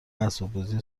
اسباببازی